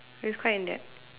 it was quite in depth